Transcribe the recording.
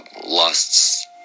lusts